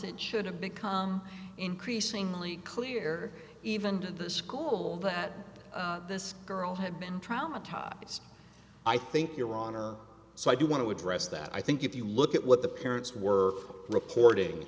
it should have become increasingly clear even to the school that this girl had been traumatized i think your honor so i do want to address that i think if you look at what the parents were reporting